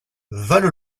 valle